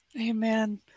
Amen